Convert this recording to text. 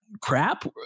crap